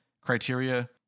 criteria